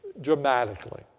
dramatically